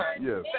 yes